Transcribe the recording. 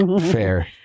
Fair